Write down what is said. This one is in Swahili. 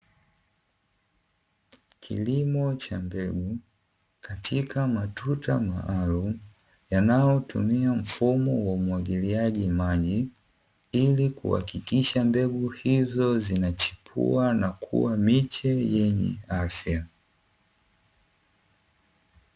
Kilimo cha mbegu katika matuta maalumu yanayotumia mfumo wa umwagiliaji maji, ili kuhakikisha mbegu hizo zinachipua na kuwa miche yenye afya.